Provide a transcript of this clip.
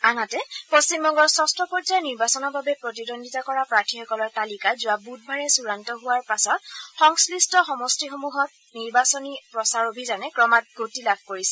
আনহাতে পশ্চিমবংগৰ ষষ্ঠ পৰ্য্যায়ৰ নিৰ্বাচনৰ বাবে প্ৰতিদ্বন্দ্বিতা কৰা প্ৰাৰ্থীসকলৰ তালিকা যোৱা বুধবাৰে চূড়ান্ত হোৱাৰ পাছত সংশ্লিষ্ট সমষ্টিসমূহত নিৰ্বাচনী প্ৰচাৰ অভিযানে ক্ৰমাৎ গতি লাভ কৰিছে